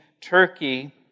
Turkey